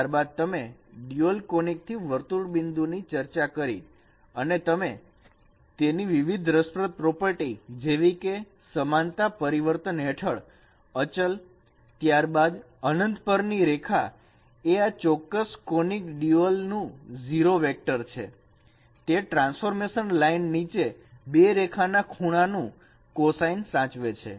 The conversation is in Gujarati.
ત્યારબાદ અમે ડ્યુઅલ કોનીક થી વર્તુળ બિંદુ ની ચર્ચા કરી અને તમે તેની વિવિધ રસપ્રદ પ્રોપર્ટી જેવીકે સમાનતા પરિવર્તન હેઠળ અચલ ત્યારબાદ અનંત પર ની રેખા એ આ ચોક્કસ કોનીક ડ્યુઅલ નું 0 વેક્ટર છે તે ટ્રાન્સફોર્મેશન લાઈન નીચે બે રેખા ના ખૂણાનું કોસાઈન સાચવે છે